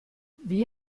was